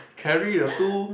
carry a two